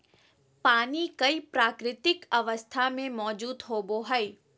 पानी कई प्राकृतिक अवस्था में मौजूद होबो हइ